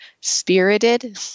spirited